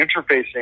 interfacing